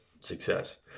success